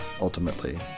ultimately